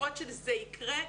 התשובות שזה יקרה,